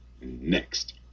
next